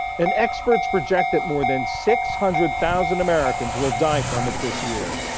and experts project that more than six hundred thousand americans will die from it this year.